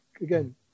Again